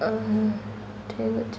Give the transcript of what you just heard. ଅ ହ ଠିକ୍ ଅଛି